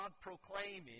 proclaiming